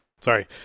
sorry